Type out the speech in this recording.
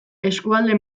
eskualde